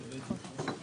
ננעלה בשעה 14:25.